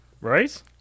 Right